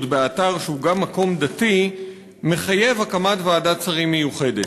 באתר שהוא גם מקום דתי מחייב הקמת ועדת שרים מיוחדת.